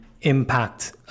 impact